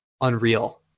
unreal